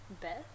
Beth